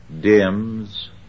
dims